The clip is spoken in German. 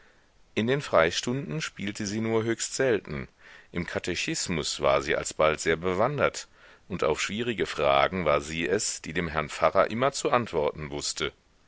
in den freistunden spielte sie nur höchst selten im katechismus war sie alsbald sehr bewandert und auf schwierige fragen war sie es die dem herrn pfarrer immer zu antworten wußte